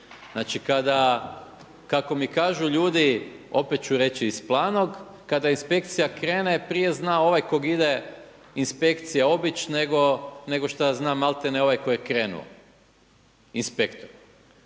Znači kada kako mi kažu ljudi, opet ću reći iz Planog kada inspekcija krene prije je znao ovaj koga ide inspekcija obići nego šta zna maltene ovaj koji je krenuo inspektor.